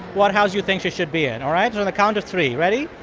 what house you think she should be in, all right? so on the count of three ready?